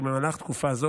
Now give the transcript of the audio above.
ובמהלך תקופה זו,